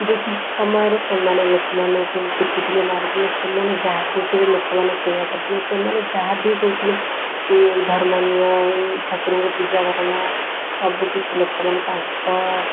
British ସମୟରେ ସେମାନେ ଲୋକମାନଙ୍କୁ ପିଟୁଥିଲେ ମାରୁଥିଲେ ସେମାନେ ଯାହା କହୁଥିଲେ ଲୋକମାନେ ସେଇଆ କରୁଥିଲେ ସେମାନେ ଯାହାବି କହୁଥିଲେ କି ଏଇ ଧର୍ମ ନିଅ ଏଇ ଠାକୁରଙ୍କୁ ପୂଜା କରନା ସବୁ କିଛି ଲୋକମାନେ ତାଙ୍କ